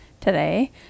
today